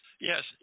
Yes